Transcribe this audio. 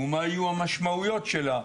ומה יהיו המשמעויות שלה?